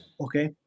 Okay